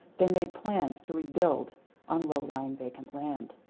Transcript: they made plans to rebuild on low-lying vacant land.